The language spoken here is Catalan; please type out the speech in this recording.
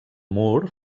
moore